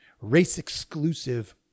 race-exclusive